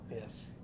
Yes